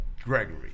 Gregory